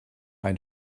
ein